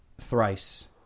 thrice